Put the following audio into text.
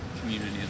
community